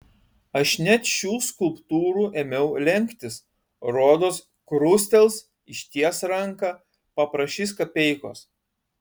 aš net šių skulptūrų ėmiau lenktis rodos krustels išties ranką paprašys kapeikos